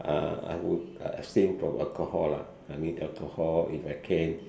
uh I would uh abstain from alcohol lah I mean alcohol if I can